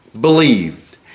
believed